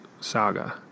saga